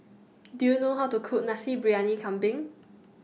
Do YOU know How to Cook Nasi Briyani Kambing